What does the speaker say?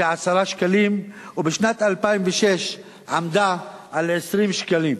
היא 10 שקלים ובשנת 2006 עמדה על 20 שקלים.